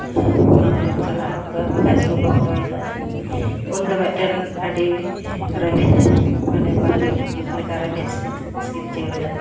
ᱚᱠᱟ ᱠᱚᱨᱮᱢ ᱪᱟᱞᱟᱜᱼᱟ ᱠᱟᱹᱢᱤ ᱠᱟᱡᱽ ᱦᱚᱸ ᱵᱚᱱᱫᱚᱭᱮᱱᱟ ᱩᱱᱫᱚ ᱢᱮᱫᱴᱮᱱ ᱟᱹᱰᱤ ᱨᱮᱸᱜᱮᱡ ᱢᱟᱱᱮ ᱯᱟᱹᱦᱤᱞ ᱡᱩᱜᱽ ᱞᱮᱠᱟ ᱨᱮᱸᱜᱮᱡ ᱥᱤᱨᱡᱟᱹᱣᱮᱱᱟ